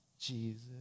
Jesus